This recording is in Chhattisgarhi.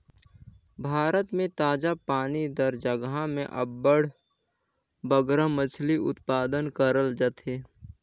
भारत में ताजा पानी दार जगहा में अब्बड़ बगरा मछरी उत्पादन करल जाथे